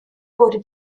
wurde